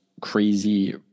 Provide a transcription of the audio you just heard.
crazy